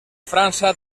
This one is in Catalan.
frança